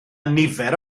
nifer